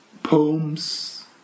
Poems